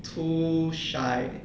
too shy